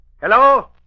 Hello